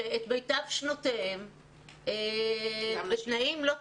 שבמיטב שנותיהם, בתנאים לא תנאים,